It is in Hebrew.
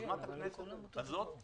ביוזמת הכנסת הזאת,